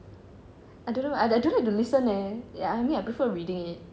I don't know I don't like to listen eh ya I mean I prefer reading it